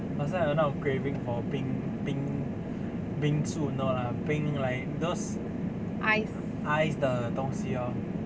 好像有那种 craving for 冰冰 bingsu no lah 冰 like those ice 的东西 lor